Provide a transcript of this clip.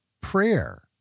prayer